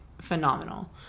phenomenal